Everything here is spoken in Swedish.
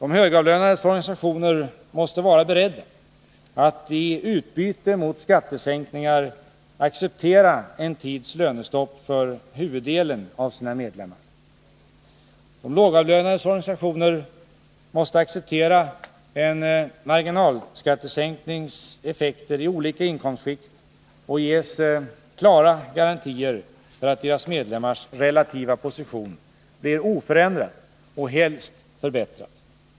De högavlönades organisationer måste vara beredda att i utbyte mot skattesänkningar acceptera en tids lönestopp för huvuddelen av sina medlemmar. De lågavlönades organisationer måste acceptera en marginalskattesänknings effekter i olika inkomstskikt och ges klara garantier för att deras medlemmars relativa position blir oförändrad och helst förbättrad.